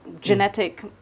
genetic